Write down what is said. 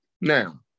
Now